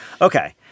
Okay